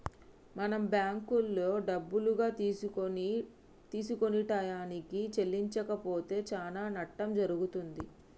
మనం బ్యాంకులో డబ్బులుగా తీసుకొని టయానికి చెల్లించకపోతే చానా నట్టం జరుగుతుంది